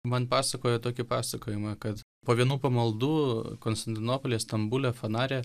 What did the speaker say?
man pasakojo tokį pasakojimą kad po vienų pamaldų konstantinopolyje stambule fanare